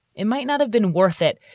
it might not have been worth it,